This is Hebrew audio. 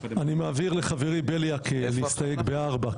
אני מעביר לחברי בליאק להסתייג ב-4.